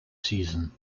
season